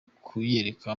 kuyereka